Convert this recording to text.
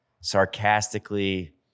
sarcastically